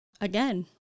Again